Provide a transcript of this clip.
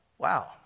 Wow